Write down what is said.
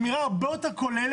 זאת אמירה הרבה יותר כוללת,